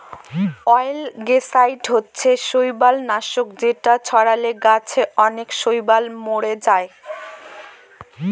অয়েলগেসাইড হচ্ছে শৈবাল নাশক যেটা ছড়ালে গাছে অনেক শৈবাল মোরে যায়